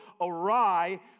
awry